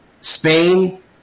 Spain